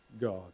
God